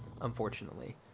unfortunately